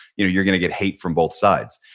you know you're going to get hate from both sides.